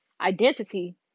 identity